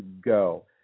go